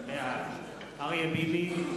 בעד אריה ביבי,